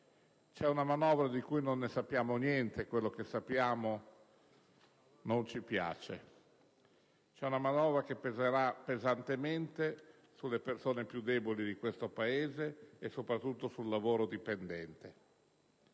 C'è una manovra di cui non si sa niente e ciò che sappiamo non ci piace, c'è una manovra che peserà pesantemente sulle persone più deboli di questo Paese e soprattutto sul lavoro dipendente.